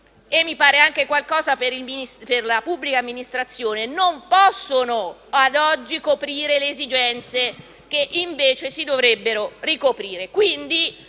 e mi pare anche qualche posto nella pubblica amministrazione, non possono ad oggi soddisfare le esigenze che invece si dovrebbero soddisfare.